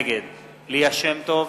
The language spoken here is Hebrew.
נגד ליה שמטוב,